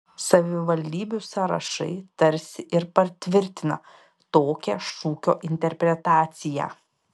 savivaldybių sąrašai tarsi ir patvirtina tokią šūkio interpretaciją